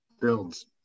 builds